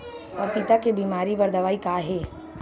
पपीता के बीमारी बर दवाई का हे?